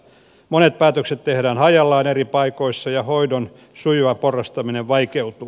monet päätökset tehdään hajallaan eri paikoissa ja hoidon sujuva porrastaminen vaikeutuu